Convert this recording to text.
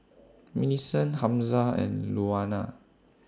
Millicent Hamza and Louanna